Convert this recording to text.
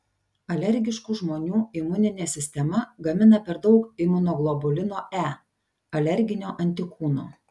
alergiškų žmonių imuninė sistema gamina per daug imunoglobulino e alerginio antikūno